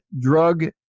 drug